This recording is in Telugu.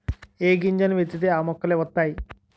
ఏ గింజల్ని విత్తితే ఆ మొక్కలే వతైయి